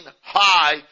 high